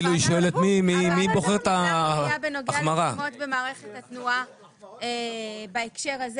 הוועדה נשאלה בנוגע לפגימות במערכת התנועה בהקשר הזה